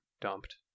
dumped